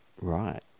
Right